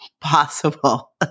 possible